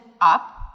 up